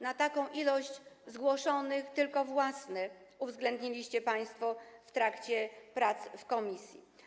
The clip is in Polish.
Na taką ilość zgłoszonych tylko własne poprawki uwzględniliście państwo w trakcie prac w komisji.